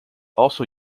also